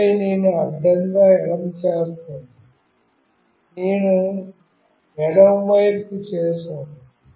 ఆపై నేను అడ్డంగా ఎడమ చేస్తాను నేను ఎడమ వైపుకు చేసాను